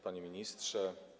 Panie Ministrze!